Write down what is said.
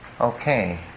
Okay